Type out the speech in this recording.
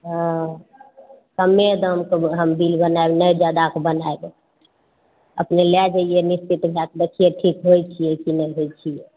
हँ कम दामके हम बिल बनाएब नहि जादा कऽ बनाएब अपने लै जैयै निश्चिंत भए कऽ देखियै ठीक होइ छियै कि नहि होइ छियै